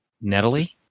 Natalie